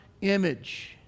image